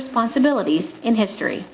responsibilities in history